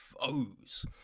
foes